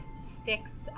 six